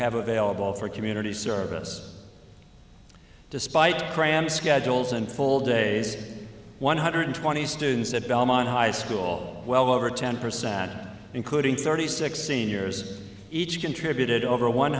have available for community service despite crammed schedules and full days one hundred twenty students at belmont high school well over ten percent including thirty six seniors each contributed over one